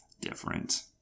different